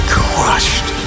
crushed